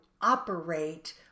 operate